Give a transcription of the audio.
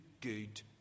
good